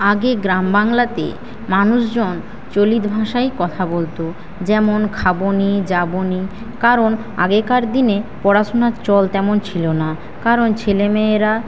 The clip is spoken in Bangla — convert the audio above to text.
আগে গ্রাম বাংলাতে মানুষজন চলিত ভাষায় কথা বলত যেমন খাবুনি যাবুনি কারণ আগেকার দিনে পড়াশোনার চল তেমন ছিল না কারণ ছেলেমেয়েরা